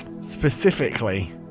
Specifically